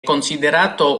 considerato